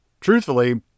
Truthfully